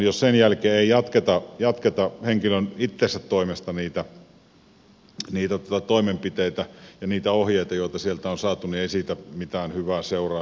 jos sen jälkeen ei jatketa henkilön itsensä toimesta niitä toimenpiteitä ja niitä ohjeita joita sieltä on saatu niin ei siitä mitään hyvää seuraa